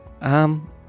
Um